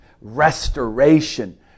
restoration